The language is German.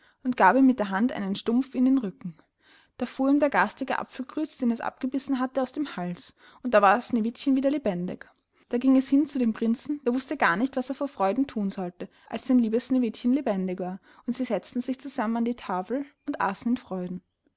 und gab ihm mit der hand einen stumpf in den rücken da fuhr ihm der garstige apfelgrütz den es abgebissen hatte aus dem hals und da war sneewittchen wieder lebendig da ging es hin zu dem prinzen der wußte gar nicht was er vor freuden thun sollte als sein liebes sneewittchen lebendig war und sie setzten sich zusammen an die tafel und aßen in freuden